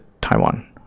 Taiwan